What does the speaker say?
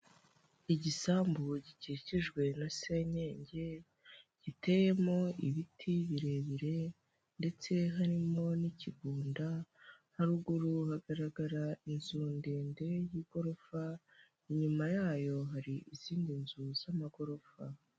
Igisambu gikikijwe na senyenge, giteyemo ibiti birebire, ndetse harimo n'ikigunda, haruguru hagaragara inzu ndende y'igorofa, inyuma yayo hari izindi nzu z'amagorofa.